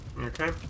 Okay